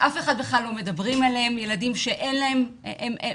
כשאני שומע את הדברים של ורד חשבתי האם בכלל פנו אליכם ממשרד